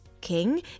king